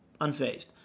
unfazed